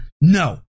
no